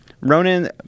Ronan